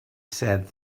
said